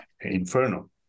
Inferno